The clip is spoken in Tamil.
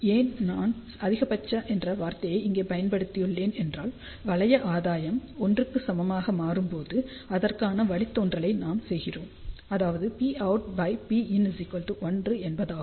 ஏன் நான் அதிகபட்ச என்ற வார்த்தையை இங்கே பயன்படுத்தியுள்ளேன் என்றால் வளைய ஆதாயம் 1க்கு சமமாக மாறும்போது அதற்கான வழித்தோன்றலை நாம் செய்கிறோம்அதாவது Pout Pin 1 என்பதாகும்